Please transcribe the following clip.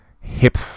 hip